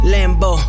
Lambo